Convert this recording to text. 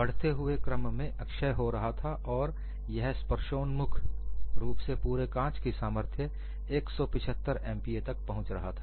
बढ़ते हुए क्रम में क्षय हो रहा था और यह स्पर्शोन्मुख रूप से पूरे कांच की सामर्थ्य 175 MPa तक पहुंच रहा था